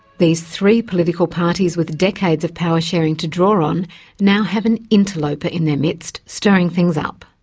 these three political parties with decades of power sharing to draw on now have an interloper in their midst, stirring things up.